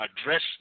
address